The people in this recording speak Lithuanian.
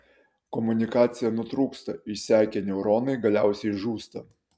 komunikacija nutrūksta išsekę neuronai galiausiai žūsta